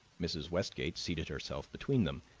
mrs. westgate seated herself between them,